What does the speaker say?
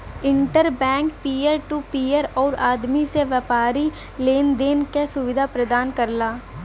inter bank peer to peer आउर आदमी से व्यापारी लेन देन क सुविधा प्रदान करला